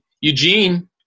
Eugene